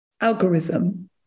algorithm